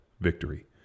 victory